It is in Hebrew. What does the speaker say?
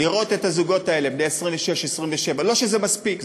לראות את הזוגות האלה, בני 27-26, לא שזה מספיק.